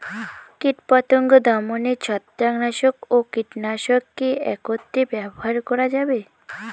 কীটপতঙ্গ দমনে ছত্রাকনাশক ও কীটনাশক কী একত্রে ব্যবহার করা যাবে?